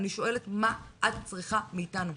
אני שואלת מה את צריכה מאיתנו?